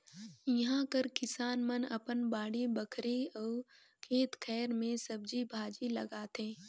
इहां कर किसान मन अपन बाड़ी बखरी अउ खेत खाएर में सब्जी भाजी लगाथें